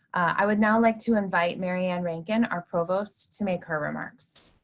i would now like to invite mary ann rankin, our provost, to make her remarks.